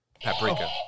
Paprika